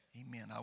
Amen